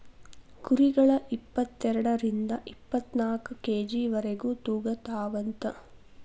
ಕುರಿಗಳ ಇಪ್ಪತೆರಡರಿಂದ ಇಪ್ಪತ್ತನಾಕ ಕೆ.ಜಿ ವರೆಗು ತೂಗತಾವಂತ